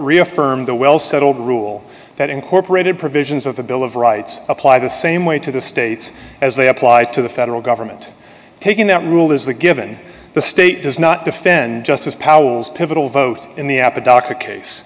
reaffirmed the well settled rule that incorporated provisions of the bill of rights apply the same way to the states as they applied to the federal government taking that rule is the given the state does not defend justice powers pivotal vote in the apple doc a case